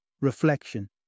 reflection